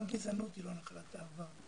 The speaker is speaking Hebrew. גם גזענות היא לא נחלת העבר.